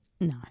No